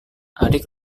adik